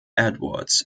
edwards